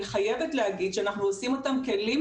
אני חייבת להגיד שאנחנו עושים אותם כלים